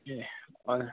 ए